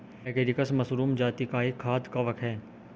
agaricus mushroom जाती का एक खाद्य कवक है